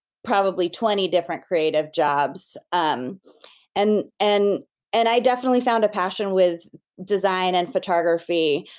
probably twenty different creative jobs. um and and and i definitely found a passion with design and photography,